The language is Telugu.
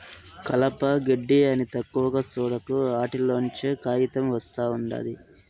కలప, గెడ్డి అని తక్కువగా సూడకు, ఆటిల్లోంచే కాయితం ఒస్తా ఉండాది